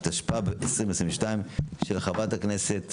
התשפ"ב 2022, של חברת הכנסת